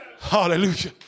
Hallelujah